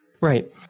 Right